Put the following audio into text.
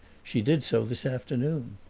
she did so this afternoon.